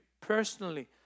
personally